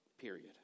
Period